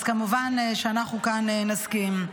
אז כמובן שאנחנו כאן נסכים.